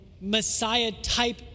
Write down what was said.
Messiah-type